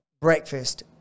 breakfast